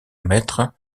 maître